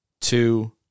two